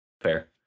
fair